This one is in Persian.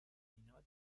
اینها